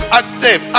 active